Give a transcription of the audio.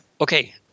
Okay